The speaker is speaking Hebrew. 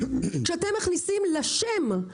כשאתם מכניסים לשם משהו,